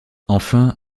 enfin